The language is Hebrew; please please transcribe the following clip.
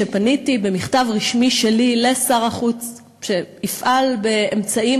שפניתי במכתב רשמי שלי לשר החוץ שיפעל באמצעים,